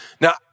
Now